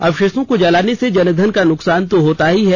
अवशेषों को जलाने से जनधन का नुकसान तो होता ही है